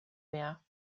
mehr